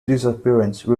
disappearance